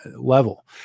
level